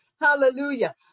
Hallelujah